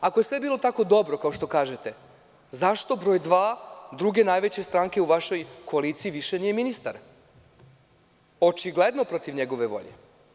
Ako je sve bilo tako dobro, kao što kažete, zašto broj dva druge najveće stranke u vašoj koaliciji više nije ministar, očigledno protiv njegove volje?